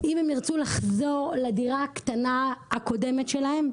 אם הם ירצו לחזור לדירה הקטנה הקודמת שלהם,